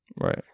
Right